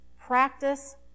practice